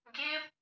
give